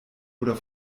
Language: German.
oder